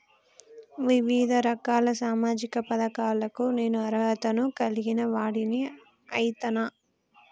వివిధ రకాల సామాజిక పథకాలకు నేను అర్హత ను కలిగిన వాడిని అయితనా?